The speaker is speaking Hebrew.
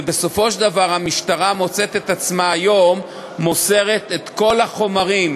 ובסופו של דבר המשטרה מוצאת את עצמה היום מוסרת את כל החומרים,